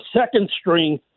second-string